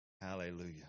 Hallelujah